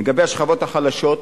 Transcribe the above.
לגבי השכבות החלשות,